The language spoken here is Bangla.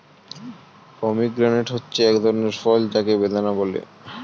পমিগ্রেনেট হচ্ছে এক ধরনের ফল যাকে বেদানা বলে